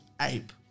ape